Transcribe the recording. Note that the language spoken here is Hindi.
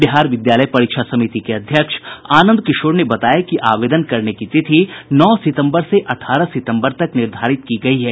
बिहार विद्यालय परीक्षा समिति के अध्यक्ष आनंद किशोर ने बताया कि आवेदन करने की तिथि नौ सितम्बर से अठारह सितम्बर तक निर्धारित की गयी है